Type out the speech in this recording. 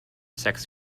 sex